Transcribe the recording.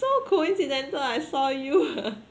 so coincidental I saw you